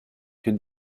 que